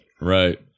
Right